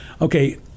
Okay